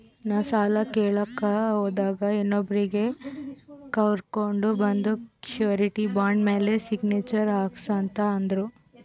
ನಾ ಸಾಲ ಕೇಳಲಾಕ್ ಹೋದಾಗ ಇನ್ನೊಬ್ರಿಗಿ ಕರ್ಕೊಂಡ್ ಬಂದು ಶೂರಿಟಿ ಬಾಂಡ್ ಮ್ಯಾಲ್ ಸಿಗ್ನೇಚರ್ ಹಾಕ್ಸೂ ಅಂತ್ ಅಂದುರ್